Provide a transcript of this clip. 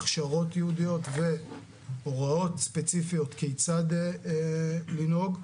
הכשרות ייעודיות והוראות ספציפיות כיצד לנהוג.